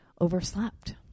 Overslept